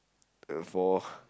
uh four